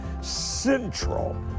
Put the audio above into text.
central